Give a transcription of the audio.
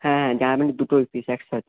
হ্যাঁ জামা প্যান্ট দুটোর পিস একসাথে